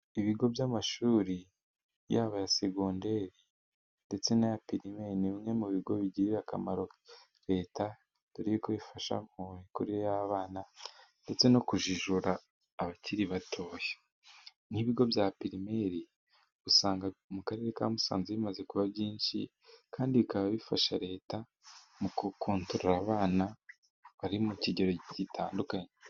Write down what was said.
Ibigo by'amashuri yaba aya segonderi ndetse n'aya pirimeri, ni bimwe mu bigo bigirira akamaro leta dore yuko bifasha mu mikurire y'abana ndetse no kujijura abakiri batoya, n'ibigo bya pirimeri usanga mu karere ka Musanze bimaze kuba byinshi, kandi bikaba bifasha leta mu gukontorora abana bari mu kigero gitandukanye.